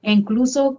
Incluso